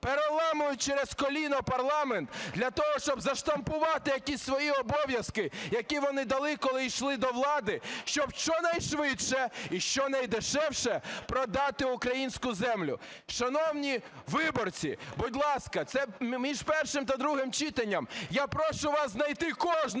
переламують через коліно парламент для того, щоб заштампувати якісь свої обов'язки, які вони дали, коли йшли до влади, щоб щонайшвидше і щонайдешевше продати українську землю. Шановні виборці, будь ласка, це між першим та другим читанням я прошу вас знайти кожного